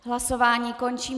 Hlasování končím.